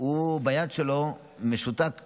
הוא משותק ביד שלו כרגע,